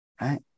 Right